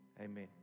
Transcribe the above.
Amen